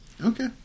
Okay